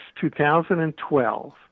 2012